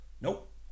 nope